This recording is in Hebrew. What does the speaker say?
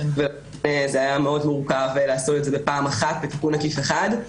היה מאוד מורכב לעשות את זה בתיקון עקיף אחד.